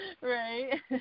Right